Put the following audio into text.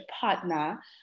partner